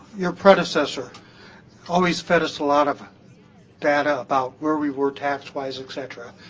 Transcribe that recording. your predecessor always fed us a lot of data about where we were tax-wise, et cetera,